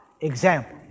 example